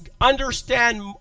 understand